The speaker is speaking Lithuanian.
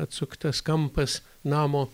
atsuktas kampas namo